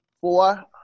four